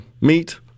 meet